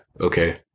okay